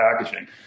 packaging